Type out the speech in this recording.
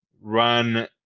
run